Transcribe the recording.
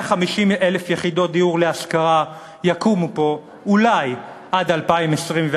150,000 יחידות דיור להשכרה יקומו פה אולי עד 2024,